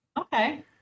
okay